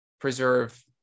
preserve